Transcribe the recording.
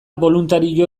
boluntario